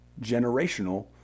generational